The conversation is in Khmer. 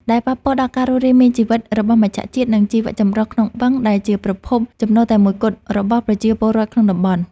ដែលប៉ះពាល់ដល់ការរស់រានមានជីវិតរបស់មច្ឆជាតិ និងជីវៈចម្រុះក្នុងបឹង ដែលជាប្រភពចំណូលតែមួយគត់របស់ប្រជាពលរដ្ឋក្នុងតំបន់។